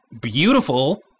beautiful